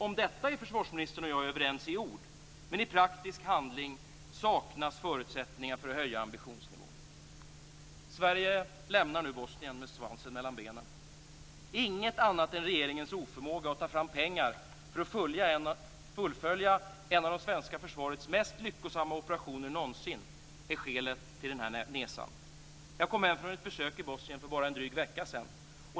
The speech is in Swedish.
Om detta är försvarsministern och jag överens i ord, men i praktisk handling saknas förutsättningar för att höja ambitionsnivån. Sverige lämnar nu Bosnien med svansen mellan benen. Inget annat än regeringens oförmåga att ta fram pengar för att fullfölja en av det svenska försvarets mest lyckosamma operationer någonsin är skälet till den här nesan. Jag kom hem från ett besök i Bosnien för bara en dryg vecka sedan.